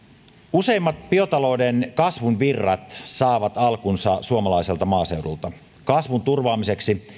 useimmat biotalouden kasvun virrat saavat alkunsa suomalaiselta maaseudulta kasvun turvaamiseksi